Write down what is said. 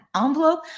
envelope